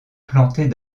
plantée